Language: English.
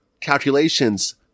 calculations